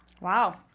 Wow